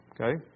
Okay